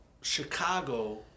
Chicago